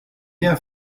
rien